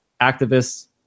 activists